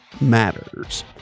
matters